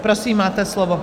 Prosím, máte slovo.